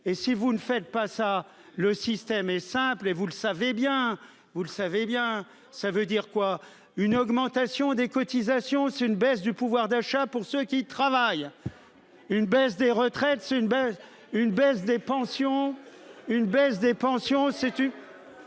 et si vous ne faites pas ça, le système est simple et vous le savez bien, vous le savez bien. Ça veut dire quoi une augmentation des cotisations, c'est une baisse du pouvoir d'achat pour ceux qui travaillent. Une baisse des retraites, c'est une baisse, une baisse des pensions, une baisse des pensions situe.